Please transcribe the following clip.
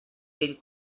fill